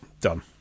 done